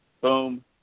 Boom